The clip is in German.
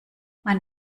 man